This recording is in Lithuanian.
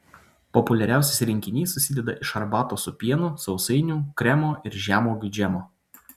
populiariausias rinkinys susideda iš arbatos su pienu sausainių kremo ir žemuogių džemo